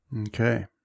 Okay